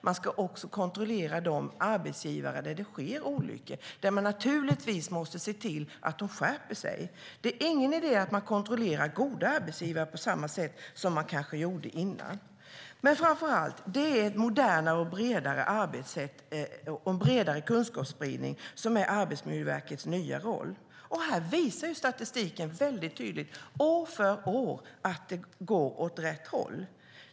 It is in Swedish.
Man ska också kontrollera de arbetsplatser där det sker olyckor och naturligtvis se till att arbetsgivarna där skärper sig. Det är ingen idé att man kontrollerar goda arbetsgivare på samma sätt som man kanske gjorde tidigare. Framför allt är det att använda ett modernare och bredare arbetssätt och en bredare kunskapsspridning som är Arbetsmiljöverkets nya roll. Här visar statistiken väldigt tydligt år efter år att det går åt rätt håll.